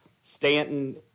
Stanton